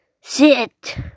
sit